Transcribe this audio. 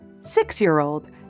six-year-old